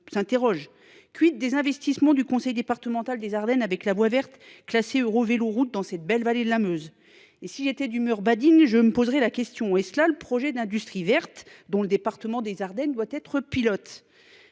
interrogeons ! des investissements du conseil départemental des Ardennes dans la voie verte, classée route EuroVelo, au sein de cette belle vallée de la Meuse ? Si j’étais d’humeur badine, je me poserais cette question : est ce cela le projet d’industrie verte dont le département des Ardennes doit être pilote ?